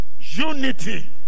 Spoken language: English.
unity